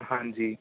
ਹਾਂਜੀ